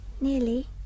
Nearly